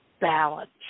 balance